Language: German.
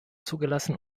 zugelassen